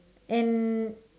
and